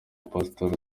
pasitoro